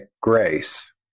grace